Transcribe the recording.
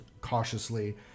cautiously